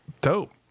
dope